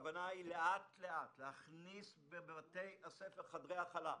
הכוונה היא לאט-לאט להכניס בבתי הספר חדרי הכלה.